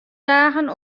dagen